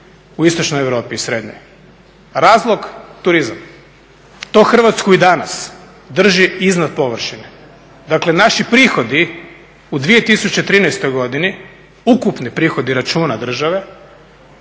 u istočnoj Europi i srednjoj. Razlog turizam. To Hrvatsku i danas drži iznad površine. Dakle naši prihodi u 2013. godini, ukupni prihodi računa države